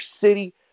city